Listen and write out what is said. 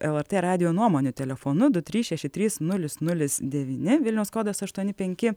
lrt radijo nuomonių telefonu du trys šeši trys nulis nulis devyni vilniaus kodas aštuoni penki